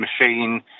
machine